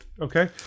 Okay